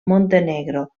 montenegro